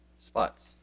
spots